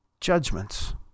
judgments